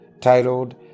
titled